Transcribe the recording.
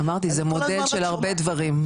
אמרתי, זה מודל של הרבה דברים.